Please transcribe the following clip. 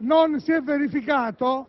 non si è invece verificata